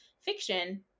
fiction